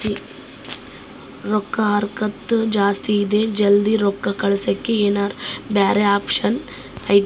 ರೊಕ್ಕದ ಹರಕತ್ತ ಜಾಸ್ತಿ ಇದೆ ಜಲ್ದಿ ರೊಕ್ಕ ಕಳಸಕ್ಕೆ ಏನಾರ ಬ್ಯಾರೆ ಆಪ್ಷನ್ ಐತಿ?